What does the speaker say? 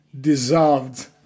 dissolved